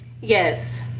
Yes